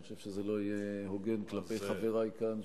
אני חושב שזה לא יהיה הוגן כלפי חברי כאן,